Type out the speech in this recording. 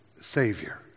Savior